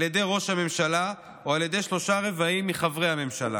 על ידי ראש הממשלה או על ידי שלושה-רבעים מחברי הממשלה.